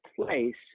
place